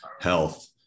health